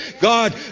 God